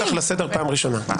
אני קורא אותך לסדר פעם ראשונה.